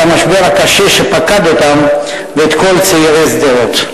המשבר הקשה שפקד אותם ואת כל צעירי שדרות.